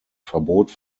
verbot